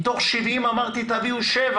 מתוך 70 אמרתי שתביאו שבע